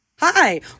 Hi